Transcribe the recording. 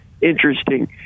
interesting